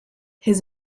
his